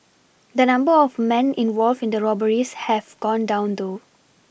the number of men involved in the robberies have gone down though